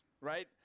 right